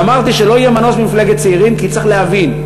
אבל אמרתי שלא יהיה מנוס ממפלגת צעירים כי צריך להבין,